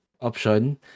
option